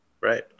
Right